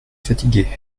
fatigué